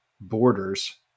borders